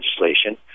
legislation